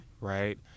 right